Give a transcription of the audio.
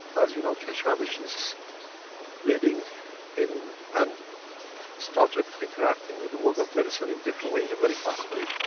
as you know, keshe foundation is leading in and started interacting with the world of medicine in a different way, in a very fast way.